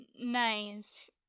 Nice